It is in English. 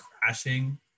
crashing